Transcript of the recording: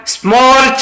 small